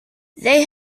they